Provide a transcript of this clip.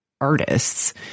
artists